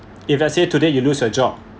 if let's say today you lose your job